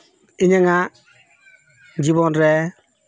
ᱤᱧᱟᱝ ᱟᱜ ᱡᱤᱵᱚᱱ ᱨᱮ